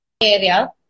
area